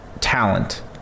talent